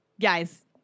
Guys